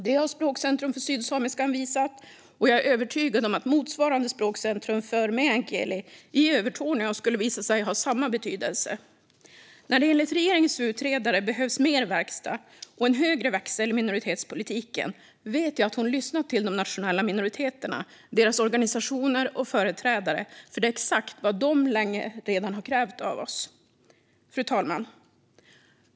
Det har språkcentrumet för sydsamiskan visat, och jag är övertygad om att motsvarande språkcentrum för meänkieli i Övertorneå skulle få samma betydelse. När det enligt regeringens utredare behövs mer verkstad och en högre växel i minoritetspolitiken vet jag att hon har lyssnat till de nationella minoriteterna, deras organisationer och företrädare, för det är exakt vad de sedan länge krävt av oss. Fru talman!